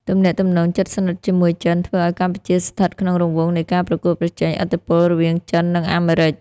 ទំនាក់ទំនងជិតស្និទ្ធជាមួយចិន ធ្វើឱ្យកម្ពុជាស្ថិតក្នុងរង្វង់នៃការប្រកួតប្រជែងឥទ្ធិពលរវាងចិន និងអាមេរិក។